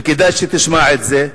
וכדאי שתשתמע את זה,